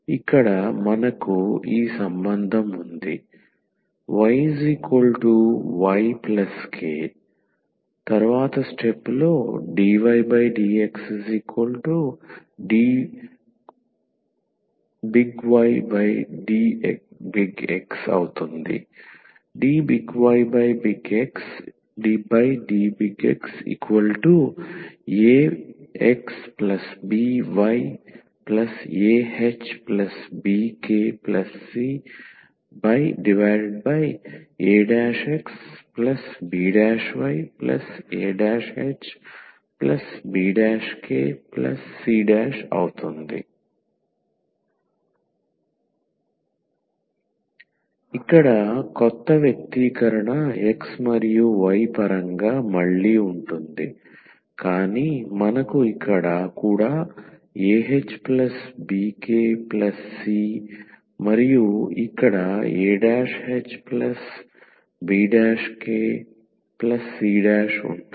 ఇక్కడ మనకు ఈ సంబంధం ఉంది yYk ⟹dydxdYdX ⟹dYdXaXbYahbkcaXbYahbkc ఇక్కడ క్రొత్త వ్యక్తీకరణ x మరియు y పరంగా మళ్ళీ ఉంటుంది కానీ మనకు ఇక్కడ కూడా 𝑎ℎ 𝑏𝑘 𝑐 మరియు ఇక్కడ ahbkc ఉంటుంది